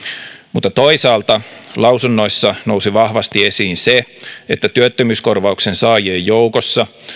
mutta toisaalta lausunnoissa nousi vahvasti esiin se että työttömyyskorvauksen saajien joukossa